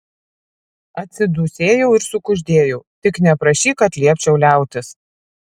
atsidūsėjau ir sukuždėjau tik neprašyk kad liepčiau liautis